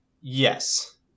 Yes